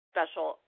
Special